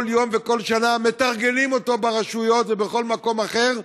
כל יום וכל שנה מתרגלים אותו ברשויות ובכל מקום אחר,